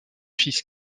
fils